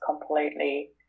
completely